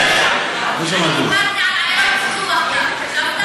גם עיירות פיתוח, הקשבת או לא?